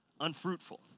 unfruitful